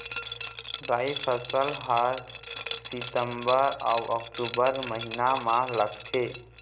राई फसल हा सितंबर अऊ अक्टूबर महीना मा लगथे